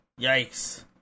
Yikes